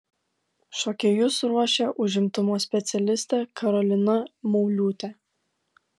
šokėjus ruošė užimtumo specialistė karolina mauliūtė